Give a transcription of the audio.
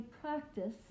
practice